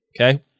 okay